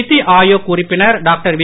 நிதி ஆயோக் உறுப்பினர் doctor we